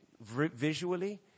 visually